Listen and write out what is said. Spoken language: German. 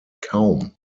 kaum